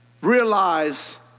realize